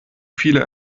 viele